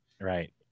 Right